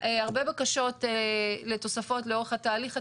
הרבה בקשות לתוספות לאורך התהליך התכנוני.